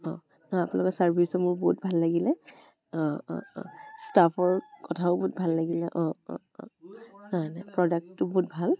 অ' আপোনালোকৰ ছাৰ্ভিচো মোৰ বহুত ভাল লাগিলে অ' অ' অ' ষ্টাফৰ কথাও বহুত ভাল লাগিলে অ' অ' অ' নাই নাই প্ৰডাক্টটো বহুত ভাল